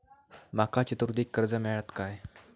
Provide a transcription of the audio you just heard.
माका चतुर्थीक कर्ज मेळात काय?